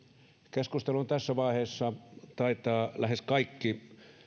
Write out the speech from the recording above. keskustelun tässä vaiheessa taitavat lähes kaikki